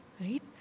right